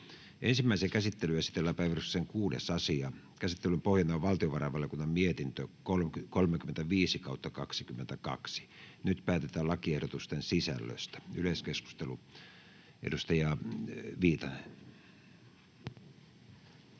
Ensimmäiseen käsittelyyn esitellään päiväjärjestyksen 6. asia. Käsittelyn pohjana on valtiovarainvaliokunnan mietintö VaVM 35/2022 vp. Nyt päätetään lakiehdotusten sisällöstä. — Yleiskeskustelu, edustaja Viitanen.